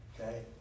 Okay